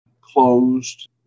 closed